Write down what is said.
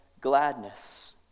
gladness